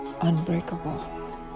unbreakable